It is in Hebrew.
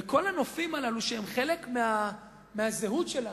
ובכל הנופים הללו, שהם חלק מהזהות שלנו.